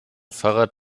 fahrrad